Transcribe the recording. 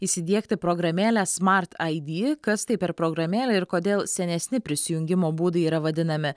įsidiegti programėlę smart id kas tai per programėlė ir kodėl senesni prisijungimo būdai yra vadinami